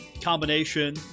combination